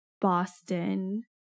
Boston